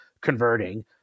converting